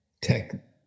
tech